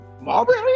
Marbury